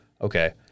Okay